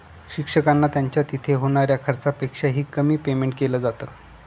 शिक्षकांना त्यांच्या तिथे होणाऱ्या खर्चापेक्षा ही, कमी पेमेंट केलं जात